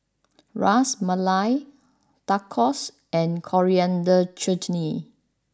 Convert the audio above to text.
Ras Malai Tacos and Coriander Chutney